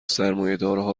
سرمایهدارها